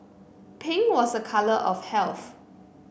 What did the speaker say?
pink was a colour of health